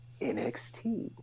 NXT